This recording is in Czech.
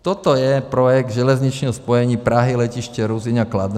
Toto je projekt železničního spojení Prahy Letiště Ruzyně a Kladna.